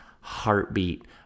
heartbeat